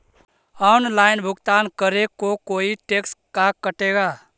Online भुगतान करे को कोई टैक्स का कटेगा?